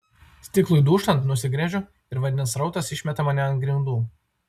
stiklui dūžtant nusigręžiu ir vandens srautas išmeta mane ant grindų